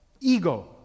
Ego